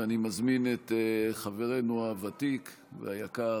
ואני מזמין את חברינו הוותיק והיקר,